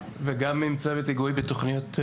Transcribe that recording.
וגם עם צוות היגוי בתוכניות מניעה.